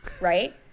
Right